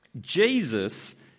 Jesus